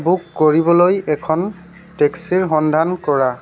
book কৰিবলৈ এখন টেক্সীৰ সন্ধান কৰা